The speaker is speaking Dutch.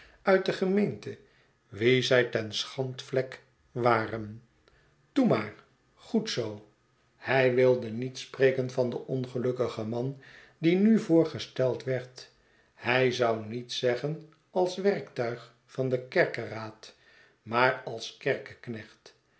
uit de gemeente wie zij ten schandvlek waren toe rnaar goed zoo hij wilde niet spreken van den ongelukkigen man die nu voorgesteld werd hrj zou niet zeggen als werktuig van den kerkeraad maar als